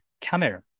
camera